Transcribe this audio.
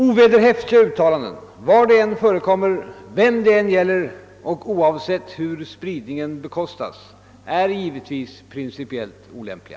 Ovederhäftiga uttalanden, var de än förekommer, vem de än gäller, och oav sett hur spridningen bekostas, är givetvis principiellt olämpliga.